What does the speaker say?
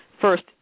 First